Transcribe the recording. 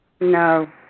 No